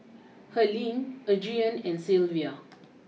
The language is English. Helaine Adrienne and Sylvia